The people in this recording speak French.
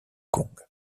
kong